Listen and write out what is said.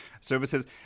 services